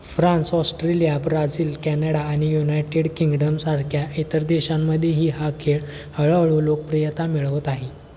France Australia Brazil Canada आणि united किंगडमसारख्या इतर देशांमध्येही हा खेळ हळहळू लोकप्रियता मिळवत आहे